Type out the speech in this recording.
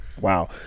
Wow